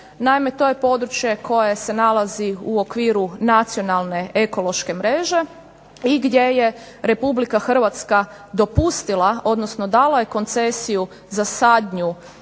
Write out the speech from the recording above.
Naime, to je područje koje se nalazi u okviru nacionalne ekološke mreže i gdje je Republika Hrvatska dopustila, odnosno dala je koncesiju za sadnju